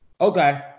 Okay